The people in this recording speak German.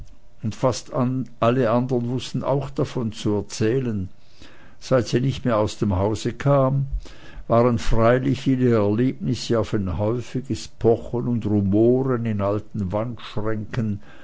und fast alle andern wußten auch davon zu erzählen seit sie nicht mehr aus dem hause kam waren freilich ihre erlebnisse auf ein häufiges pochen und rumoren in alten